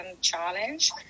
challenge